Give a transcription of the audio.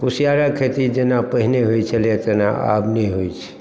कुसिआरके खेती जेना पहिने होइत छलै तेना आब नहि होइ छै